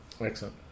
Excellent